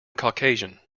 caucasian